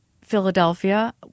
Philadelphia